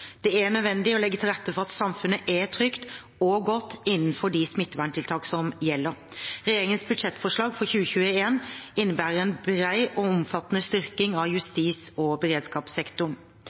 Det er nødvendig å legge til rette for at samfunnet er trygt og godt innenfor de smitteverntiltak som gjelder. Regjeringens budsjettforslag for 2021 innebærer en bred og omfattende styrking av justis- og beredskapssektoren.